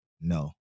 no